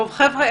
חבר'ה,